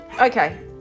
okay